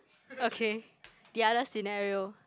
okay the other scenario